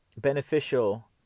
beneficial